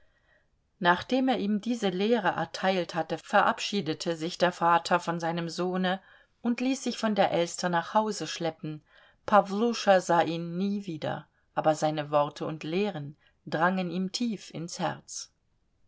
nachdem er ihm diese lehre erteilt hatte verabschiedete sich der vater von seinem sohne und ließ sich von der elster nach hause schleppen pawluscha sah ihn nie wieder aber seine worte und lehren drangen ihm tief ins herz